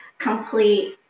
complete